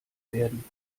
werden